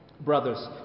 brothers